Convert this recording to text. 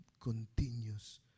continues